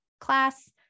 class